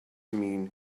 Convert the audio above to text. mean